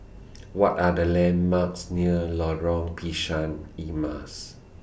What Are The landmarks near Lorong Pisang Emas